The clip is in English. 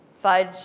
Fudge